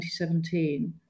2017